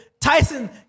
Tyson